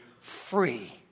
free